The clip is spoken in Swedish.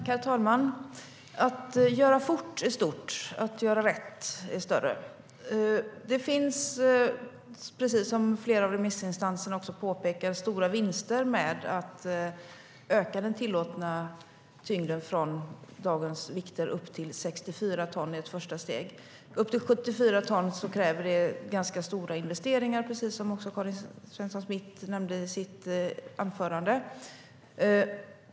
Herr talman! Att göra fort är stort, att göra rätt är större. Det finns, precis som flera av remissinstanserna också påpekar, stora vinster med att öka den tillåtna tyngden från dagens vikter upp till 64 ton i ett första steg. Upp till 75 ton kräver det ganska stora investeringar, precis som Karin Svensson Smith nämnde i sitt anförande.